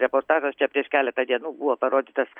reportažas čia prieš keletą dienų buvo parodytas